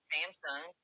Samsung